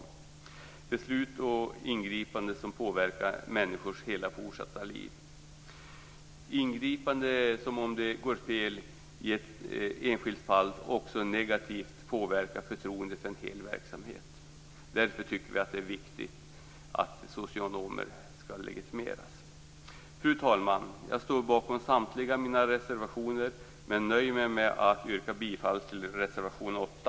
Det är beslut och ingripanden som påverkar människors hela fortsatta liv. Det är också ingripanden som om de går fel i ett enskilt fall negativt påverkar förtroendet för en hel verksamhet. Därför tycker vi att det är viktigt att socionomer skall legitimeras. Fru talman! Jag står bakom samtliga mina reservationer men nöjer mig med att yrka bifall till reservation 8.